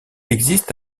existe